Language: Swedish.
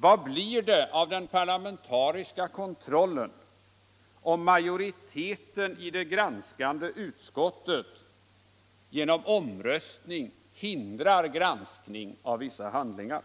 Vad blir det av den parlamentariska kontrollen, om majoriteten i det granskande utskottet genom omröstning hindrar granskning av vissa handlingar?